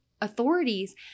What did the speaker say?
authorities